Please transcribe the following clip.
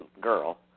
girl